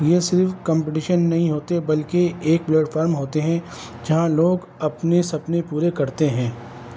یہ صرف کمپٹیشن نہیں ہوتے بلکہ ایک پلیٹفارم ہوتے ہیں جہاں لوگ اپنے سپنے پورے کرتے ہیں